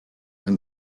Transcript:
and